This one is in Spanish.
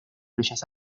bellas